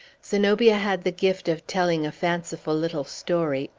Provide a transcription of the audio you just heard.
zenobia had the gift of telling a fanciful little story,